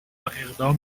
اقدام